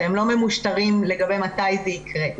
שהם לא ממושטרים לגבי מתי זה יקרה.